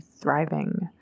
thriving